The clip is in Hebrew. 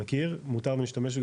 מותר להשתמש,